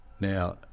Now